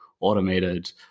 automated